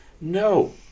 No